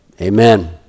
amen